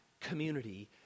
community